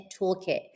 Toolkit